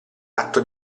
atto